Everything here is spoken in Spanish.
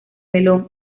melón